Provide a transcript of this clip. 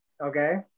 Okay